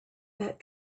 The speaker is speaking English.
that